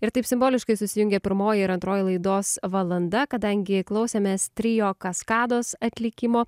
ir taip simboliškai susijungė pirmoji ir antroji laidos valanda kadangi klausėmės trio kaskados atlikimo